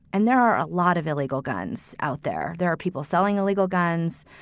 and there are a lot of illegal guns out there. there are people selling illegal guns.